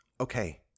Okay